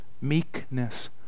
Meekness